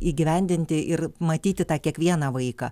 įgyvendinti ir matyti tą kiekvieną vaiką